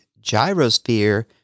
gyrosphere